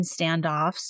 standoffs